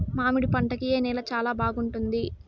మామిడి పంట కి ఏ నేల చానా బాగుంటుంది